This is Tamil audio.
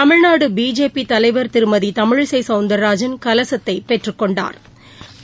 தமிழ்நாடு பிஜேபி தலைவா் திருமதி தமிழிசை சௌந்தாராஜன் கலசத்தை பெற்றுக் கொண்டாா்